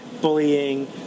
bullying